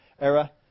era